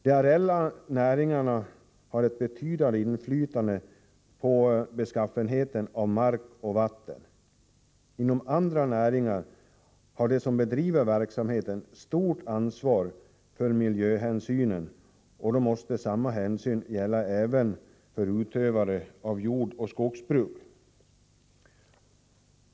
De areella näringarna har ett betydande inflytande på markens och vattnets beskaffenhet. Inom andra näringar har de som driver verksamheten stort ansvar för miljöhänsynen, och då måste samma hänsyn gälla även för utövare av jordoch skogsbruk.